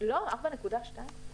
לא, 4,2?